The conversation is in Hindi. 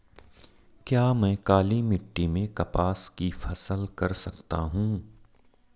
क्या मैं काली मिट्टी में कपास की फसल कर सकता हूँ?